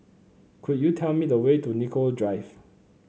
could you tell me the way to Nicoll Drive